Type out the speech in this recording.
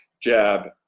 jab